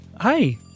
hi